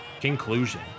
Conclusion